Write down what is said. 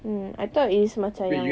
mm I thought is macam yang